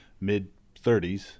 mid-30s